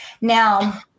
Now